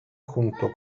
junto